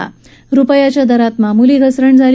दरम्यान रुपयाच्या दरात मामुली घसरण झाली